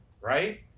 right